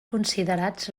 considerats